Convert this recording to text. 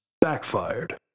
backfired